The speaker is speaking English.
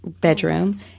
bedroom